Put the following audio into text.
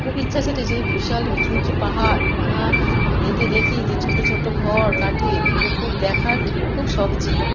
খুব ইচ্ছা ছিল যে বিশাল উঁচু উঁচু পাহাড় মা এতে দেখি যে ছোট্ট ছোট্ট ঘর কাঠের এগুলো খুব দেখার খুব শখ ছিলো